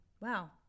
Wow